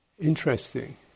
interesting